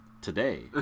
today